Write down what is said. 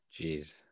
Jeez